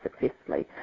successfully